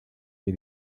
die